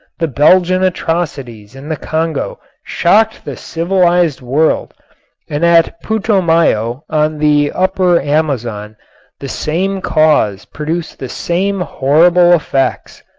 the belgian atrocities in the congo shocked the civilized world and at putumayo on the upper amazon the same cause produced the same horrible effects.